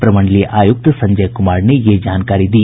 प्रमंडलीय आयुक्त संजय कुमार ने ये जानकारी दी